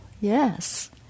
yes